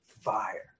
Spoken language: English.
fire